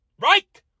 right